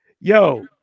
Yo